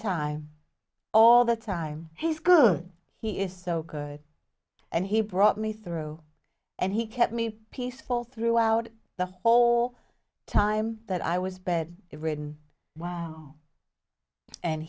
time all the time he's good he is so good and he brought me through and he kept me peaceful throughout the whole time that i was bed ridden why and